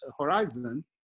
horizon